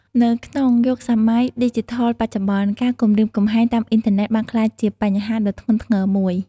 នៅក្នុងយុគសម័យឌីជីថលបច្ចុប្បន្ន ការគំរាមកំហែងតាមអ៊ីនធឺណិតបានក្លាយជាបញ្ហាដ៏ធ្ងន់ធ្ងរមួយ។